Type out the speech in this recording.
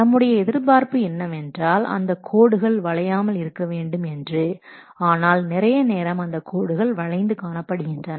நம்முடைய எதிர்பார்ப்பு என்னவென்றால் அந்தக் கோடுகள் வளையாமல் இருக்க வேண்டும் என்று ஆனால் நிறைய நேரம் அந்த கோடுகள் வளைந்து காணப்படுகின்றன